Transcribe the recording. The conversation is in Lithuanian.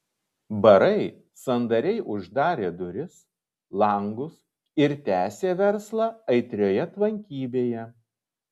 barai sandariai uždarė duris langus ir tęsė verslą aitrioje tvankybėje